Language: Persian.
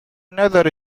نداره